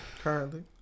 currently